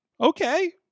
Okay